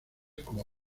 como